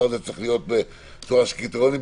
הזה צריך להיות בצורה של קריטריונים,